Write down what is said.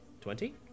twenty